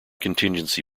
contingency